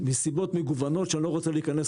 מסיבות מגוונות שאני לא רוצה להיכנס